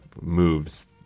moves